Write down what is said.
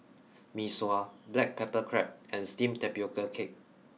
Mee Sua Black Pepper Crab and Steamed Tapioca Cake